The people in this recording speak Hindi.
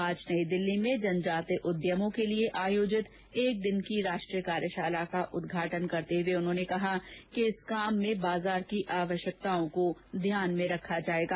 आज नई दिल्ली में जनजाति उद्यमों के लिए आयोजित एक दिवसीय राष्ट्रीय कार्यशाला का उद्घाटन करते हुए उन्होंने कहा कि इस काम में बाजार की आवश्यकताओं का ध्यान रखा जायेगा